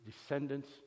descendants